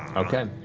okay.